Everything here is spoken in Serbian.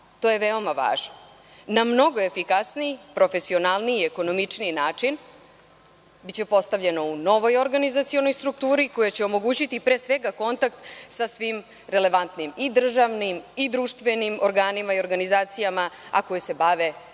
To je veoma važno. Na mnogo efikasniji, profesionalniji i ekonomičniji način biće postavljeno u novoj organizacionoj strukturi koja će omogućiti pre svega kontakt sa svima relevantnim i državnim i društvenim organima i organizacijama, a koje se bave i rodnom